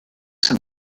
some